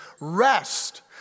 rest